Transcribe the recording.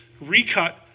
recut